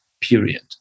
period